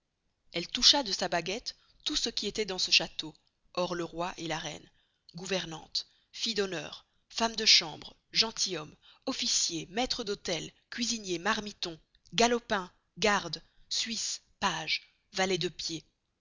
elle toucha de sa baguette tout ce qui estoit dans ce chasteau hors le roi et la reine gouvernantes filles dhonneur femmes de chambre gentils hommes officiers maistres d'hostel cuisiniers marmitons galopins gardes suisses pages valets de pied